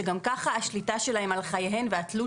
שגם ככה השליטה שלהן על חייהן והתלות